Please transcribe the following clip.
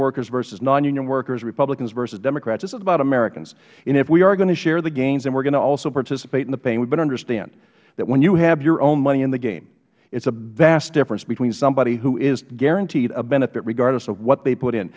workers versus non union workers republicans versus democrats this is about americans and if we are going to share the gains and we are going to also participate in the pain we better understand that when you have your own money in the game it is a vast difference between somebody who is guaranteed a benefit regardless of what they put in